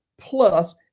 plus